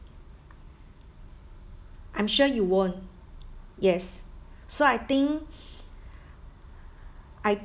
I'm sure you won't yes so I think I